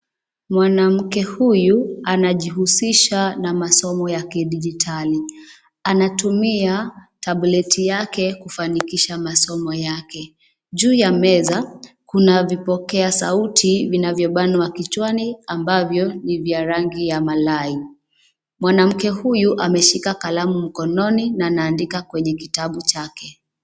Mwanamke huyu anajihusisha na masomo ya kidijitali, anatumia, tableti yake kufanikisha masomo yake, juu ya meza, kuna vipokea sauti vinavyobanwa kichwani ambavyo ni vya rangi ya malai, mwanamke huyu ameshika kalamu mkononi na anaandika kwenye kitabu chake.